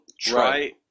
try